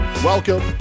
Welcome